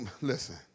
Listen